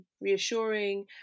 reassuring